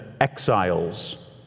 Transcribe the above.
exiles